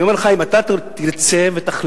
אני אומר לך: אם אתה תרצה ותחליט,